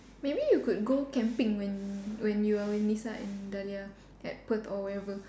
maybe you could go camping when when you are with Nisa and Dahlia at Perth or wherever